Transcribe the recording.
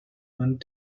want